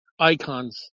Icons